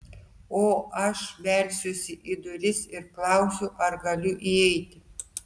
o aš belsiuosi į duris ir klausiu ar galiu įeiti